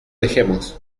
dejemos